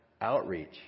outreach